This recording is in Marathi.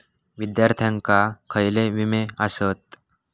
विद्यार्थ्यांका खयले विमे आसत?